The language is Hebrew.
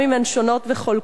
גם אם הן שונות וחולקות.